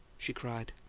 she cried.